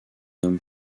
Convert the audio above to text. homme